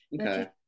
Okay